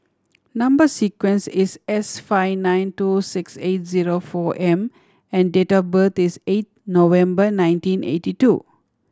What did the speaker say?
number sequence is S five nine two six eight zero four M and date of birth is eight November nineteen eighty two